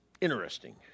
interesting